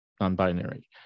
non-binary